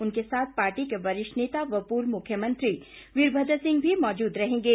उनके साथ पार्टी के वरिष्ठ नेता व पूर्व मुख्यमंत्री वीरभद्र सिंह भी मौजूद रहेंगे